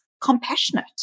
compassionate